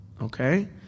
Okay